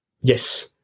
yes